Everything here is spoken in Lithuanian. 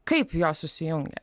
kaip jos susijungia